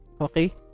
okay